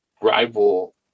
rival